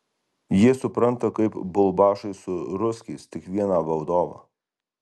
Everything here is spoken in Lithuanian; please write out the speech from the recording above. jie supranta kaip bulbašai su ruskiais tik vieną valdovą